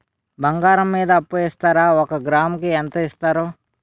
బంగారం మీద అప్పు ఇస్తారా? ఒక గ్రాము కి ఎంత ఇస్తారు?